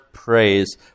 Praise